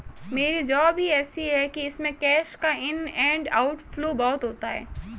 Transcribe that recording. मेरी जॉब ही ऐसी है कि इसमें कैश का इन एंड आउट फ्लो बहुत होता है